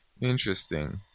Interesting